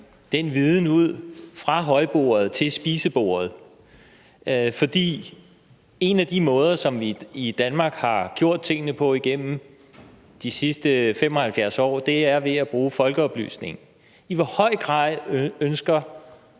den viden fra højbordet ud til spisebordet. For en af de måder, som vi i Danmark har gjort tingene på igennem de sidste 75 år, er ved at bruge folkeoplysningen. I hvor høj grad ønsker